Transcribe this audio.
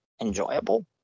enjoyable